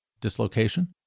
dislocation